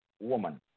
woman